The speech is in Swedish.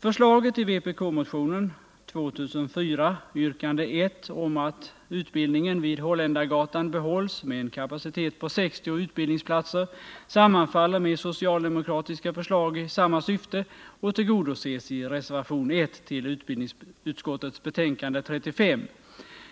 Förslaget i vpk-motionen 2004, yrkande 1, om att utbildningen vid Holländargatan behålls med en kapacitet på 60 utbildningsplatser sammanfaller med socialdemokratiska förslag i samma syfte och tillgodoses i reservation 1 till utbildningsutskottets betänkande 35.